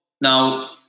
Now